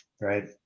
right